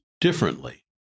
differently